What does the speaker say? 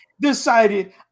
decided